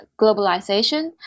globalization